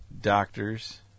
Doctors